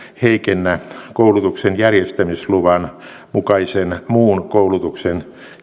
heikennä koulutuksen järjestämisluvan mukaisen muun koulutuksen